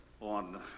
on